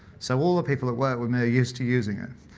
so all the people that work with me are used to using it.